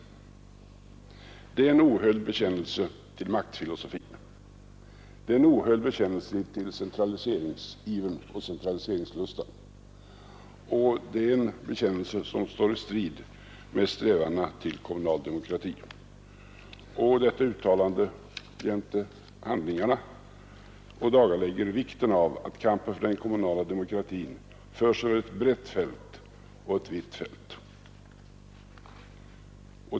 Det är en ohöljd bekännelse till maktfilosofi. Det är en ohöljd bekännelse till centraliseringsivern och centraliseringslustan, och det är en bekännelse som står i strid med strävandena till kommunal demokrati. Detta uttalande jämte handlingarna ådagalägger vikten av att kampen för den kommunala demokratin förs över ett brett fält och ett vidsträckt fält.